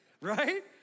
Right